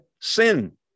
Sin